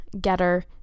getter